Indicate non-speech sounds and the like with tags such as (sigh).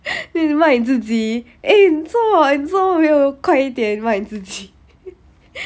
then 你骂你自己 eh 你做么你做么没有快一点骂你自己 (laughs)